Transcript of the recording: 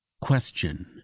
question